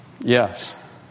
Yes